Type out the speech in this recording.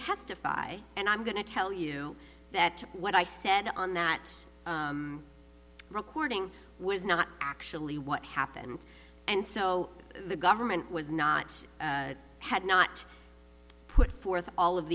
testify and i'm going to tell you that what i said on that recording was not actually what happened and so the government was not had not put forth all of